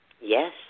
Yes